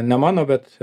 ne mano bet